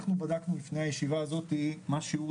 אנחנו בדקנו לפני הישיבה הזאת מה שיעור